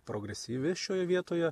progresyvi šioje vietoje